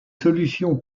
solutions